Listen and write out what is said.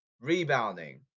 rebounding